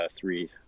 three